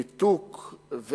ניתוק.